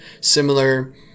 similar